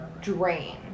Drain